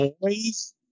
Boys